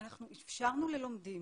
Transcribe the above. אנחנו אפשרנו ללומדים